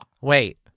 Wait